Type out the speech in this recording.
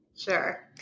Sure